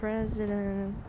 President